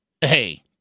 Hey